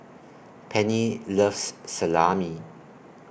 Penny loves Salami